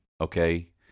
Okay